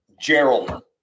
Gerald